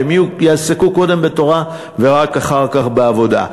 שהם יעסקו קודם בתורה ורק אחר כך בעבודה.